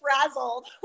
frazzled